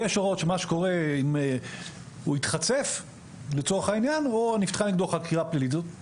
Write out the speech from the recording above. יש הוראות למה קורה אם הוא התחצף או אם נפתחה נגדו חקירה פלילית.